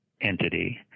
entity